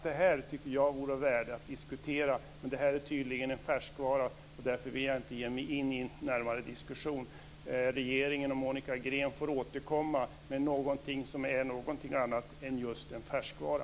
Det vore av värde att diskutera allt detta. Men detta är tydligen en färskvara, och därför vill jag inte ge mig in i en närmare diskussion. Regeringen och Monica Green får återkomma med något annat än en färskvara.